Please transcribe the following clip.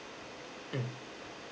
mm